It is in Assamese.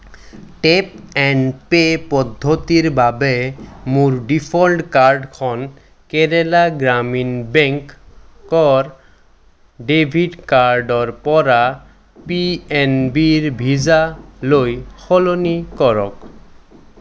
টেপ এণ্ড পে' পদ্ধতিৰ বাবে মোৰ ডিফ'ল্ট কাৰ্ডখন কেৰেলা গ্ৰামীণ বেংক কৰ ডেবিট কাৰ্ডৰ পৰা পি এন বি ৰ ভিছালৈ সলনি কৰক